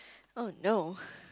oh no